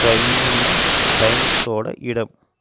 ட்ரெயினின் டைம்ஸோடய இடம்